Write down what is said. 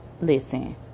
listen